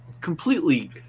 completely